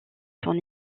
son